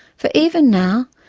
for even now,